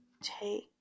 take